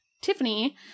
Tiffany